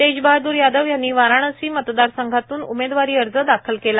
तेजबहाद्र यादव यांनी वाराणसी मतदार संघातून उमेदवारी अर्ज दाखल केला